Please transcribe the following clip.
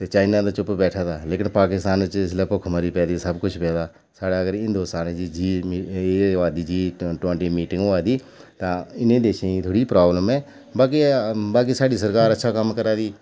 ते चाइना ते चुप्प बैठे दा लेकिन पाकिस्तान च इसलै भुक्खमरी पेदी सबकुछ पेदा ते साढ़े हिंदोस्तान च जी टवेंटी दी मीटिंग होआ दी तां इनें देशें गी थोह्ड़ी प्रॉब्लम ऐ बाकी बाकी साढ़ी सरकार अच्छा कम्म करै दी